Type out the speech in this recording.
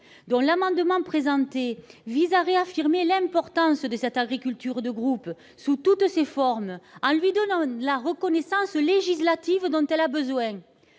ces amendements, il s'agit de réaffirmer l'importance de l'agriculture de groupe sous toutes ses formes, en lui donnant la reconnaissance législative dont elle a besoin.